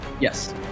Yes